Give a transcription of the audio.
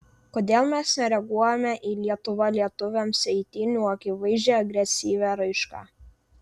kodėl mes nereaguojame į lietuva lietuviams eitynių akivaizdžią agresyvią raišką